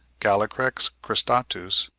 gallicrex cristatus,